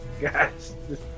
guys